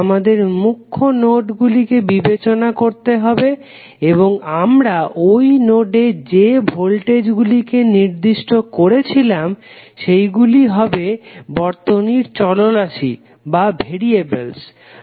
আমাদের মুখ্য নোডগুলিকে বিবেচনা করতে হবে এবং আমরা ঐ নোডে যে ভোল্টেজগুলিকে নির্দিষ্ট করেছিলাম সেইগুলি হবে বর্তনীর চলরাশি নোডাল বিশ্লেষণে